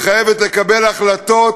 והיא חייבת לקבל החלטות,